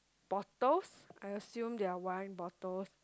bottles I assume they are wine bottles